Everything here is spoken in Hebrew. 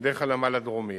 דרך הנמל הדרומי.